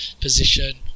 position